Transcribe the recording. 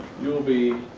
you'll be